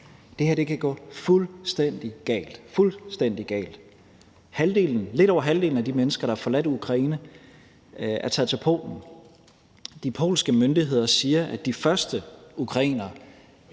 galt – fuldstændig galt. Lidt over halvdelen af de mennesker, der har forladt Ukraine, er taget til Polen, og de polske myndigheder siger, at de første ukrainere